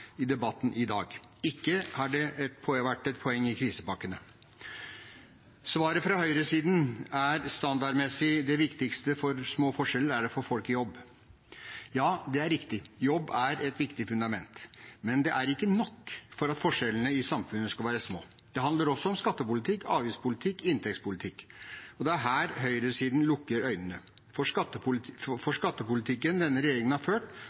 i debatten i dag, og ikke har det vært et poeng i krisepakkene. Svaret fra høyresiden er standardmessig at det viktigste for små forskjeller er å få folk i jobb. Ja, det riktig – jobb er et viktig fundament. Men det er ikke nok for at forskjellene i samfunnet skal være små. Det handler også om skattepolitikk, avgiftspolitikk og inntektspolitikk. Det er her høyresiden lukker øynene, for skattepolitikken denne regjeringen har ført,